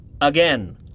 Again